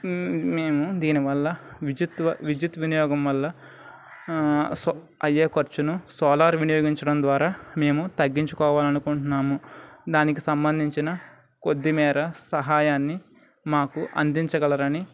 మేము దీనివల్ల విద్యుత్వ విద్యుత్ వినియోగం వల్ల సో అయ్యే ఖర్చును సోలార్ వినియోగించడం ద్వారా మేము తగ్గించుకోవాలి అనుకుంటున్నాము దానికి సంబంధించిన కొద్దిమేరకు సహాయాన్ని మాకు అందించగలరు అని